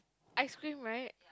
ice cream right